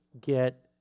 get